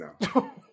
now